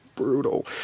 brutal